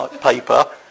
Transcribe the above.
paper